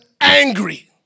angry